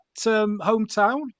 hometown